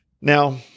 Now